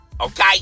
okay